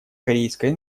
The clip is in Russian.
корейской